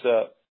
up